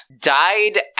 died